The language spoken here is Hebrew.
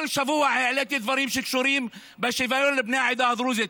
כל שבוע העליתי דברים שקשורים בשוויון לבני העדה הדרוזית.